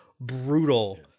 brutal